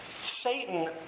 Satan